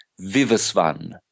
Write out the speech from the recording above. Vivasvan